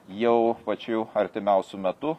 jau pačiu artimiausiu metu